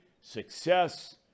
success